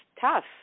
tough